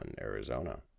Arizona